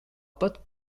pat